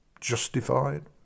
Justified